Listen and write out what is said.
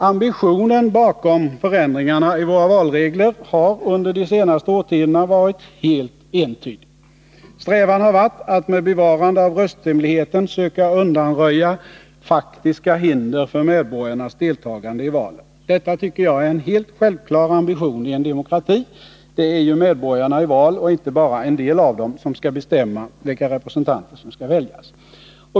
Ambitionen bakom förändringarna i våra valregler har under de senaste årtiondena varit helt entydig. Strävan har varit att med bevarande av rösthemligheten söka undanröja faktiska hinder för medborgarnas deltagande i valen. Detta tycker jag är en helt självklar ambition i en demokrati. Det 113 är ju medborgarna i val — och inte bara en del av dem — som skall bestämma vilka representanter som skall väljas.